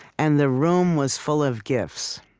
and the room was full of gifts.